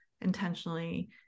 intentionally